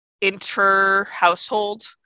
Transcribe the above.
inter-household